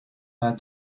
part